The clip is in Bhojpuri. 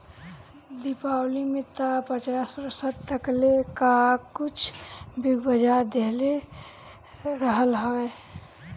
दीपावली में तअ पचास प्रतिशत तकले कअ छुट बिग बाजार देहले रहल हवे